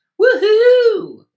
Woohoo